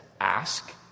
ask